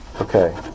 Okay